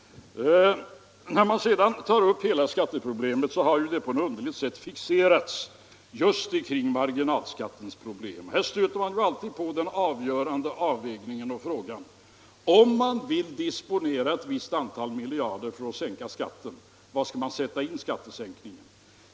När man sedan tar upp hela skatteproblemet har man på något underligt sätt fixerats vid just marginalskatteproblemen. Här stöter man alltid på den avgörande avvägningen och frågan: om man vill disponera ett visst antal miljarder för att sänka skatten, var skall man då sätta in skattesänkningen?